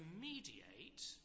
mediate